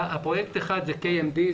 פרויקט אחד הוא KMB,